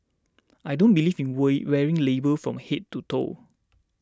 I don't believe in we wearing labels from head to toe